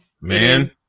man